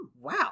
Wow